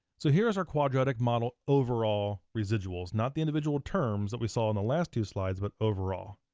so here's our quadratic model overall residuals, not the individual terms that we saw on the last two slides but overall.